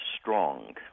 strong